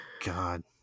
God